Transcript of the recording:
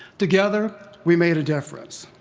together we made a difference.